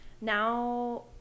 Now